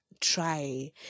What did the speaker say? try